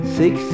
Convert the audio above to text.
six